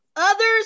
Others